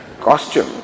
costume